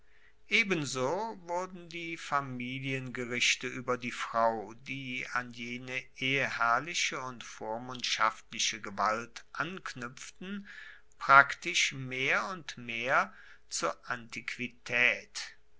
ebenso wurden die familiengerichte ueber die frau die an jene eheherrliche und vormundschaftliche gewalt anknuepften praktisch mehr und mehr zur antiquitaet